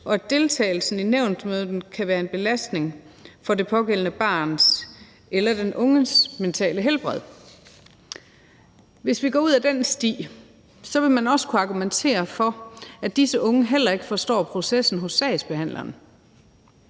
og at deltagelsen i nævnsmødet kan være en belastning for det pågældende barns eller den unges mentale helbred.« Hvis vi går ud ad den sti, vil man også kunne argumentere for, at disse unge heller ikke forstår processen hos sagsbehandleren.